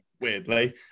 weirdly